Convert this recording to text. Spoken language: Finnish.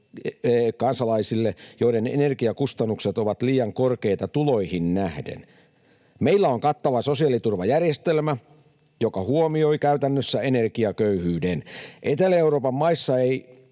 kansalaisille, joiden energiakustannukset ovat liian korkeita tuloihin nähden. Meillä on kattava sosiaaliturvajärjestelmä, joka huomioi käytännössä energiaköyhyyden. Etelä-Euroopan maissa ei